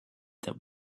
that